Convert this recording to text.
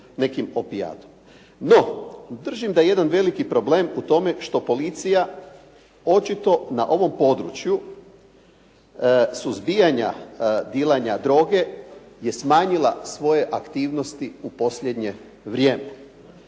No, držim da je jedan veliki problem u tome što policija očito na ovom području suzbijanja dilanja droge, je smanjila svoje aktivnosti u posljednje vrijeme.